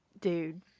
dude